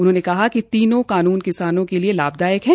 उन्होंने कहा कि तीनों कानून किसानों के लिए लाभदायक है